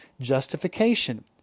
justification